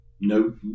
No